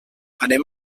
anem